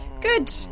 Good